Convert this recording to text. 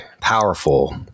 powerful